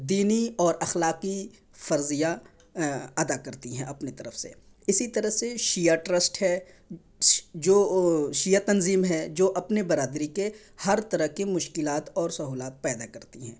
دینی اور اخلاقی فرضیہ ادا کرتی ہیں اپنی طرف سے اسی طرح سے شیعہ ٹرسٹ ہے جو شیعہ تنظیم ہے جو اپنے برادری کے ہر طرح کے مشکلات اور سہولات پیدا کرتی ہیں